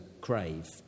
crave